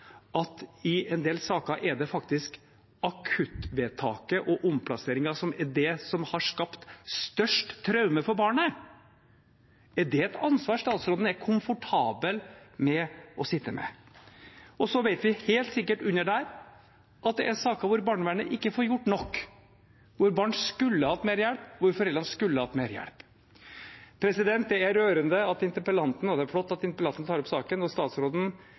at i en del saker er det faktisk akuttvedtaket og omplasseringen som er det som har skapt størst traume for barnet. Er det et ansvar statsråden er komfortabel med å sitte med? Så vet vi helt sikkert at det under der er saker hvor barnevernet ikke får gjort nok, hvor barn skulle hatt mer hjelp, hvor foreldrene skulle hatt mer hjelp. Det er rørende og det er flott at interpellanten tar opp saken, og statsråden